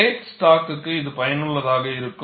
plate ஸ்டாக்குக்கு இது பயனுள்ளதாக இருக்கும்